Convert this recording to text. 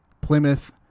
Plymouth